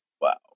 Wow